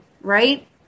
right